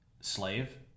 slave